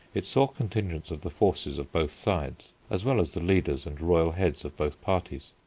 it saw contingents of the forces of both sides, as well as the leaders and royal heads of both parties.